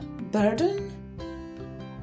burden